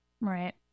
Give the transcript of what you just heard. Right